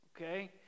okay